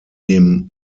dem